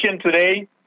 today